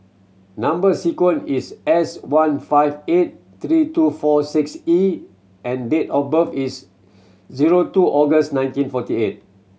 number sequence is S one five eight three two four six E and date of birth is zero two August nineteen forty eight